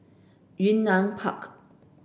Yunnan Park